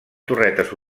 torretes